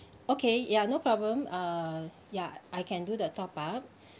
okay ya no problem uh ya I can do the top up